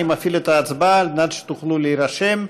הצעת חוק לתיקון פקודת מס הכנסה (ביטול הטבות מס לתושב חוזר ותיק),